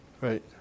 Right